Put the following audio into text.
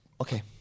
okay